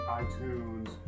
iTunes